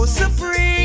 supreme